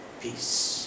peace